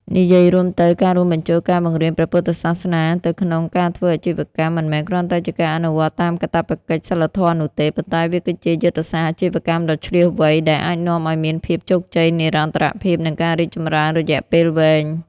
និយាយរួមទៅ ការរួមបញ្ចូលការបង្រៀនព្រះពុទ្ធសាសនាទៅក្នុងការធ្វើអាជីវកម្ម មិនមែនគ្រាន់តែជាការអនុវត្តតាមកាតព្វកិច្ចសីលធម៌នោះទេ ប៉ុន្តែវាគឺជា យុទ្ធសាស្ត្រអាជីវកម្មដ៏ឈ្លាសវៃ ដែលអាចនាំឱ្យមានភាពជោគជ័យ និរន្តរភាព និងការរីកចម្រើនរយៈពេលវែង។